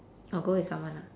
or go with someone lah